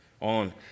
on